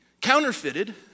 counterfeited